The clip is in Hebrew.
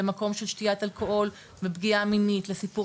למקום של שתיית אלכוהול ופגיעה מינית וסיפור